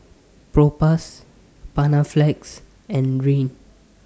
Propass Panaflex and Rene